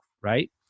right